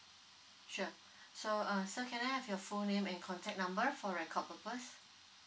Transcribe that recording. sure so um sir can I have your full name and contact number for record purpose